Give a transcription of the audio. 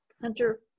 Hunter